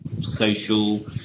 social